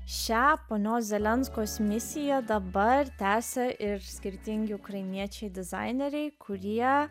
šią ponios zelenkos misiją dabar tęsia ir skirtingi ukrainiečiai dizaineriai kurie